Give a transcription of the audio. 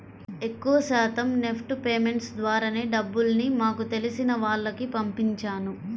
ఎక్కువ శాతం NEFT payments ద్వారానే డబ్బుల్ని మాకు తెలిసిన వాళ్లకి పంపించాను